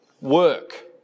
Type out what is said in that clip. work